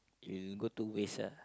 it'll go to waste ah